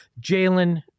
Jalen